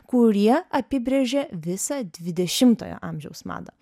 kurie apibrėžia visą dvidešimojo amžiaus madą